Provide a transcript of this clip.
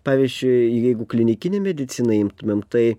pavyzdžiui jeigu klinikinę mediciną imtumėm tai